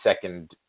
second